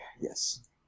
yes